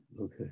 okay